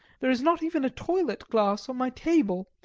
there is not even a toilet glass on my table,